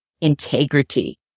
integrity